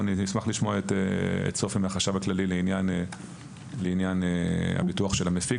אני אשמח לשמוע את סופי מהחשב הכללי לעניין ביטוח המפיק.